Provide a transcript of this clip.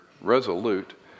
resolute